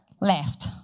left